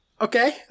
Okay